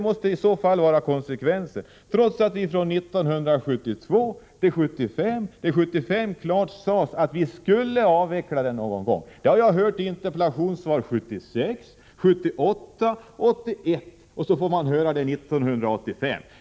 Sådana frågor blir konsekvensen, trots att det 1975 klart sades att användandet av asbest skulle avvecklas. Detta har jag hört i interpellationssvar 1976, 1978 och 1981. Nu får man höra det också 1985.